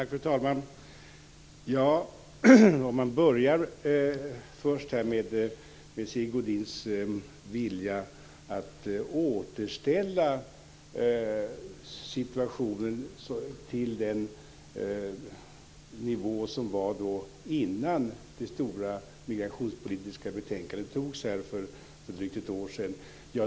Fru talman! Jag skall börja med att ta upp Sigge Godins vilja att återgå till den nivå som gällde innan riksdagen fattade beslut om det stora migrationspolitiska betänkandet för drygt ett år sedan.